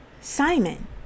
Simon